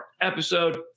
Episode